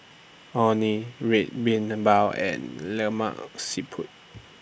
Orh Nee Red Bean Bao and Lemak Siput